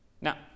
Now